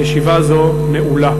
הישיבה הבאה